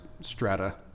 strata